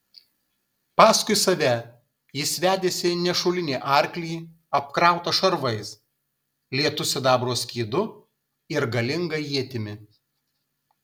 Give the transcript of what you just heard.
paskui save jis vedėsi nešulinį arklį apkrautą šarvais lietu sidabro skydu ir galinga ietimi